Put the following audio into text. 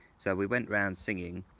so we went round singing.